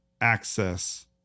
access